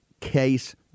case